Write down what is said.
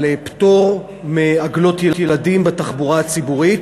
פטור מתשלום על עגלות ילדים בתחבורה הציבורית,